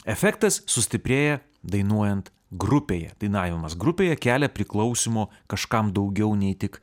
efektas sustiprėja dainuojant grupėje dainavimas grupėje kelia priklausymo kažkam daugiau nei tik